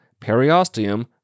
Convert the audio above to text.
periosteum